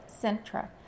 Centra